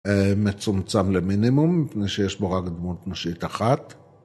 ‫מצומצם למינימום, ‫מפני שיש בו רק דמות נושאית אחת.